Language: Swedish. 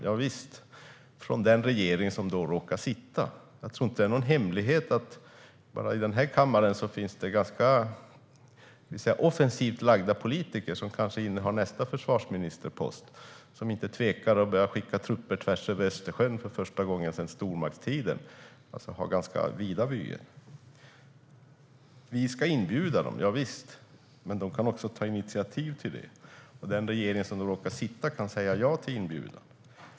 Javisst - från den regering som råkar sitta vid makten. Jag tror inte att det är någon hemlighet att det bara i den här kammaren finns ganska offensivt lagda politiker som kanske innehar nästa försvarsministerpost. De kanske då inte kommer att tveka att börja skicka trupper tvärs över Östersjön för första gången sedan stormaktstiden, och de har alltså ganska vida vyer. Vi ska inbjuda de andra - javisst, men de kan också ta initiativ. Den regering som råkar sitta vid makten kan säga ja till inbjudan.